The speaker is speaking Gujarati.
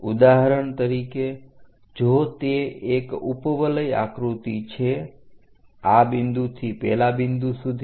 ઉદાહરણ તરીકે જો તે એક ઉપવલય આકૃતિ છે આ બિંદુથી પેલા બિંદુ સુધી